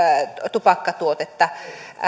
tupakkatuotetta